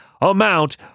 amount